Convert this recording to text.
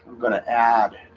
going to add